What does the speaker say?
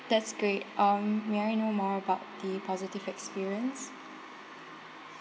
that's great um may I know more about the positive experience